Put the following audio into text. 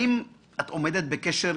שמשמעותו להוות בסיס לתרשומת